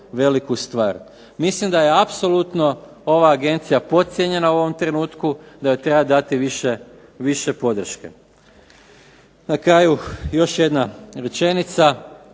veliku stvar. Mislim da je apsolutno ova agencija podcijenjena u ovom trenutku, da joj treba dati više podrške. Na kraju još jedna rečenica,